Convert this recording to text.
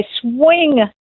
swing